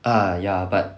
uh ya but